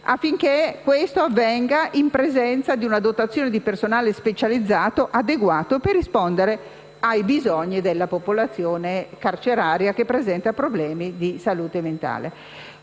affinché questo avvenga in presenza di una dotazione di personale specializzato adeguata per rispondere ai bisogni della popolazione carceraria che presenta problemi di salute mentale.